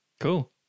Cool